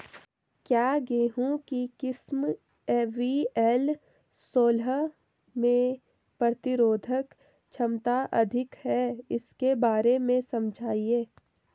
क्या गेहूँ की किस्म वी.एल सोलह में प्रतिरोधक क्षमता अधिक है इसके बारे में समझाइये?